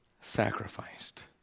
sacrificed